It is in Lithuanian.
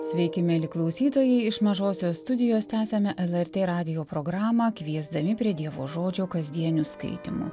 sveiki mieli klausytojai iš mažosios studijos tęsiame lrt radijo programą kviesdami prie dievo žodžio kasdienių skaitymų